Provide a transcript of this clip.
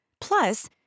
Plus